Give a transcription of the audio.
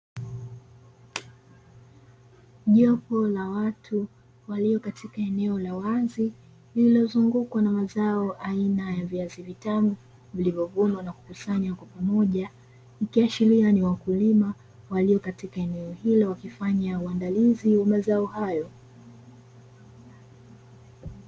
Jopo la watu walio katika eneo la wazi, lililozungukwa na mazao aina ya viazi vitamu vilivyovunwa na kukusanywa kwa pamoja, ikiashiria ni wakulima walio katika eneo hilo wakifanya uandalizi umezaa hayo.